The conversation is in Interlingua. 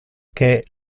que